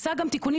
עשה גם תיקונים,